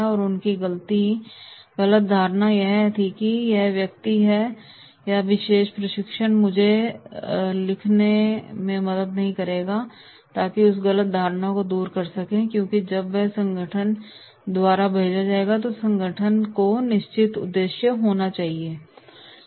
और उनकी गलत धारणा यह थी कि यह व्यक्ति या यह विशेष प्रशिक्षण मुझे लिखने में मदद नहीं करेगा ताकि आप उस गलत धारणा को दूर कर सकें क्योंकि जब वह यहां संगठन द्वारा भेजा जाता है तो संगठन को निश्चित उद्देश्य होना चाहिए ताकि उसे सीखना पड़े